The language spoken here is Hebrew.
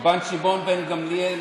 בן גמליאל,